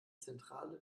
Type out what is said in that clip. zentrale